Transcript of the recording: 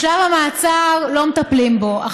בשלב המעצר לא מטפלים בו,